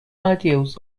ideals